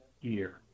year